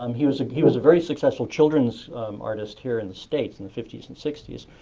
um he was like he was a very successful children's artist here in the states in the fifty s and sixty s.